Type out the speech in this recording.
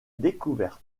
découverte